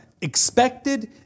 expected